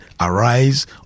arise